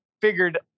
figured